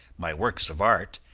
my works of art,